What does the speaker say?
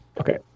Okay